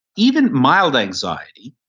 even mild anxiety,